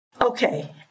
Okay